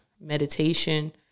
meditation